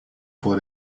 vor